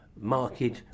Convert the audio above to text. market